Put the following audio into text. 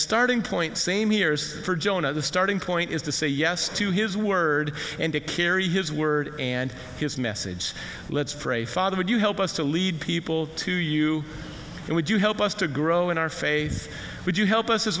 starting point same heres for jonah the starting point is to say yes to his word and to carry his word and his message let's pray father would you help us to lead people to you and would you help us to grow in our face would you help us